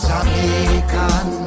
Jamaican